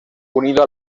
unido